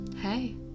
hey